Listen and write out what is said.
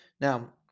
Now